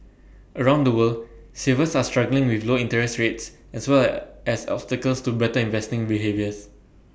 around the world savers are struggling with low interest rates as well as obstacles to better investing behaviours